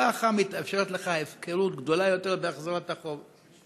ככה מתאפשרת לך הפקרות גדולה יותר בהחזרת החוב.